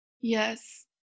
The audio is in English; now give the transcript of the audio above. Yes